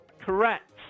correct